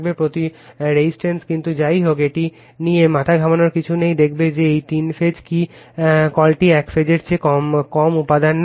প্রতিরোধ কিন্তু যাই হোক এটি নিয়ে মাথা ঘামানোর কিছু নেই দেখাবে যে তিন ফেজ কি কলটি একক ফেজের চেয়ে কম উপাদান নেয়